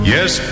Yes